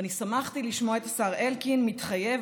ואני שמחתי לשמוע את השר אלקין מתחייב